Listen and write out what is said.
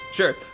Sure